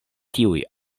tiuj